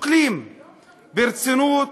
שוקלים ברצינות